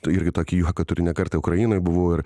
irgi tokį juoką turi ne kartą ukrainoj buvo ir